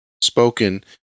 spoken